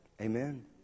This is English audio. Amen